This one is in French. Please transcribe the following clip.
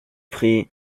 prient